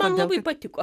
man labai patiko